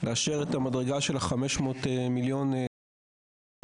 לאשר את המדרגה של ה-500 מיליון שקל,